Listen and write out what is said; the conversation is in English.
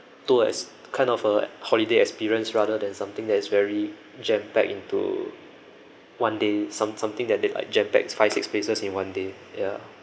tour as kind of a holiday experience rather than something that is very jam packed into one day some something that they like jam packed five six places in one day ya